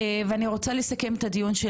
אסכם את הדיון.